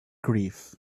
grief